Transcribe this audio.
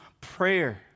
prayer